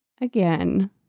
again